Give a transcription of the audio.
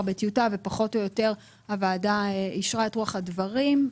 בטיוטה והוועדה אישרה את רוח הדברים.